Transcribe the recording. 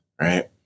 right